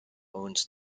owns